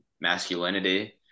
masculinity